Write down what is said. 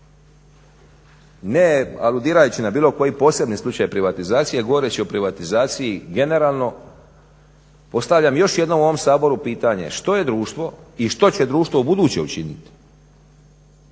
ne aludirajući na bilo koji posebni slučaj privatizacije govoreći o privatizaciji generalno postavljam još jednom u ovom Saboru pitanje što je društvo i što će društvo ubuduće učiniti